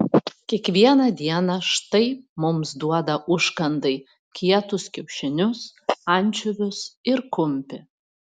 kiekvieną dieną štai mums duoda užkandai kietus kiaušinius ančiuvius ir kumpį